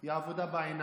היא עבודה בעיניים.